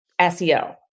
SEO